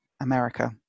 America